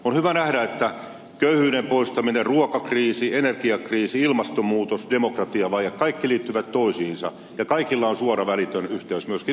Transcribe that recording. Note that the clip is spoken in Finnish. on hyvä nähdä että köyhyyden poistaminen ruokakriisi energiakriisi ilmastonmuutos demokratiavaje kaikki liittyvät toisiinsa ja kaikilla on suora välitön yhteys myöskin ihmisoikeuksien toteutumiseen